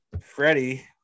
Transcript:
Freddie